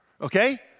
okay